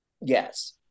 yes